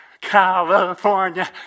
California